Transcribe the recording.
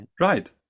right